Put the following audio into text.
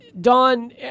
Don